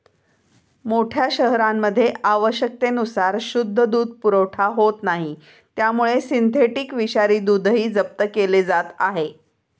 मोठ्या शहरांमध्ये आवश्यकतेनुसार शुद्ध दूध पुरवठा होत नाही त्यामुळे सिंथेटिक विषारी दूधही जप्त केले जात आहे